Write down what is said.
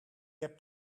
heb